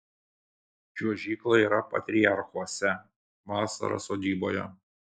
čiuožykla yra patriarchuose vasara sodyboje